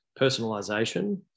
personalization